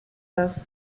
das